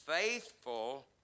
faithful